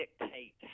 dictate